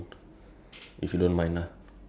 I try later I try